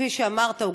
כפי שאמרת,